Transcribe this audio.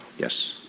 yes?